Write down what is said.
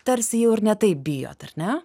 tarsi jau ir ne taip bijot ar ne